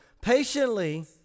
patiently